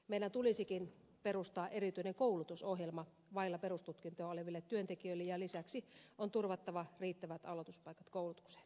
meidän tulisikin perustaa erityinen koulutusohjelma vailla perustutkintoa oleville työntekijöille ja lisäksi on turvattava riittävät aloituspaikat koulutukseen